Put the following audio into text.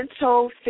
mental